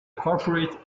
corporate